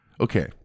okay